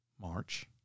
March